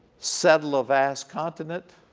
settle a vast continent,